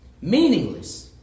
meaningless